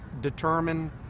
determine